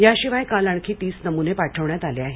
या शिवाय काल आणखी तीस नमुने पाठविण्यात आले आहे